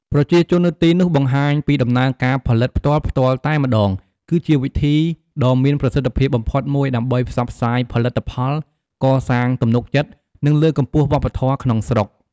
ប្រជាជននៅទីនោះបង្ហាញពីដំណើរការផលិតផ្ទាល់ៗតែម្ដង គឺជាវិធីដ៏មានប្រសិទ្ធភាពបំផុតមួយដើម្បីផ្សព្វផ្សាយផលិតផល កសាងទំនុកចិត្ត និងលើកកម្ពស់វប្បធម៌ក្នុងស្រុក។